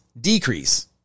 decrease